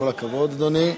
כל הכבוד, אדוני.